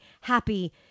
happy